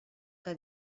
que